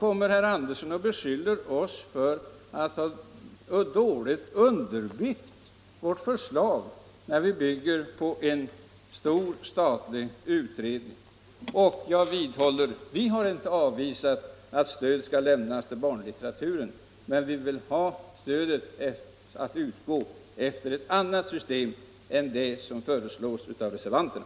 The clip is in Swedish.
Herr Andersson beskyller oss vidare för att dåligt ha underbyggt vårt förslag när vi bygger på en stor statlig utredning. Jag vidhåller att vi inte har avvisat att stöd skall lämnas till barnlitteraturen. Vi vill dock att stödet skall utgå efter ett annat system än det som föreslås av reservanterna.